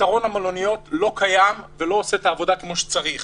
פתרון למלוניות לא קיים ולא עושה את העבודה כמו שצריך.